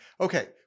Okay